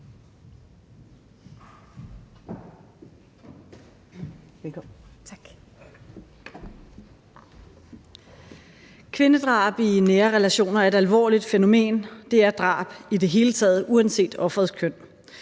Kvindedrab i nære relationer er et alvorligt fænomen; det er drab i det hele taget uanset offerets køn,